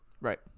Right